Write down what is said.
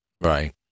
Right